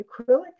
acrylic